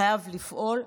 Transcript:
חייב לפעול,